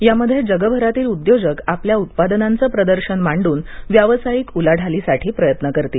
यामध्ये जगभरातील उद्योजक आपल्या उत्पादनांचं प्रदर्शन मांडून व्यवसायिक उलाढालीसाठी प्रयत्न करतील